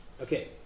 Okay